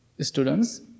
students